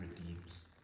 redeems